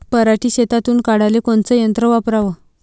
पराटी शेतातुन काढाले कोनचं यंत्र वापराव?